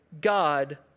God